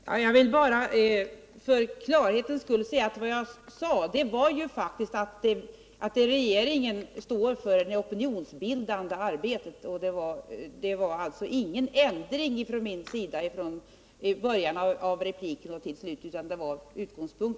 Herr talman! Jag vill bara för klarhetens skull framhålla att vad jag sade faktiskt var, att regeringen deltar i det opinionsbildande arbetet. Jag ändrade mig alltså inte på den punkten i slutet av min replik utan hade genomgående samma utgångspunkt.